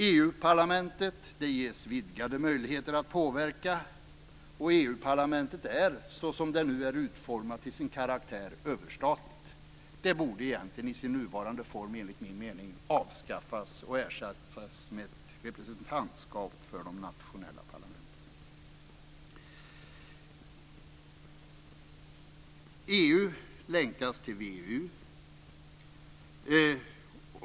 EU-parlamentet ges vidgade möjligheter att påverka, och EU-parlamentet är, såsom det nu är utformat till sin karaktär, överstatligt. Det borde egentligen i sin nuvarande form, enligt min mening, avskaffas och ersättas med ett representantskap för de nationella parlamenten. EU länkas till VEU.